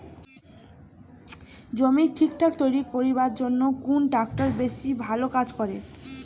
জমি ঠিকঠাক তৈরি করিবার জইন্যে কুন ট্রাক্টর বেশি ভালো কাজ করে?